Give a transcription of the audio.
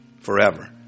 forever